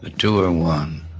the two in one.